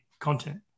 content